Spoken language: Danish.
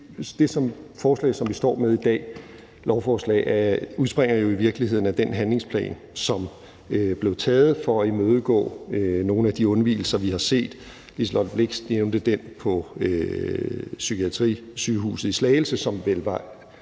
det lovforslag, som vi står med i dag, i virkeligheden udspringer af den handlingsplan, som blev lavet for at imødegå nogle af de undvigelser, vi har set. Liselott Blixt nævnte den fra psykiatrisygehuset i Slagelse, som vel,